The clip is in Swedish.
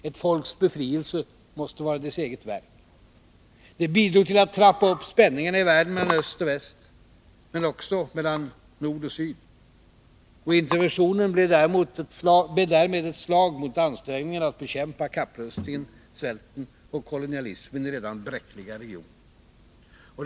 Ett folks befrielse måste vara dess eget verk. Den bidrog till att trappa upp spänningarna i världen, mellan öst och väst men också mellan nord och syd. Interventionen blev därmed ett slag mot ansträngningarna att bekämpa kapprustningen, svälten och kolonialismen i redan bräckliga regioner.